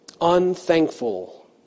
unthankful